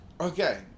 Okay